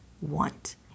want